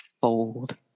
fold